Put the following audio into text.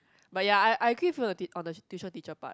but ya I I